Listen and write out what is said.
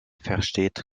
versteht